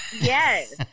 Yes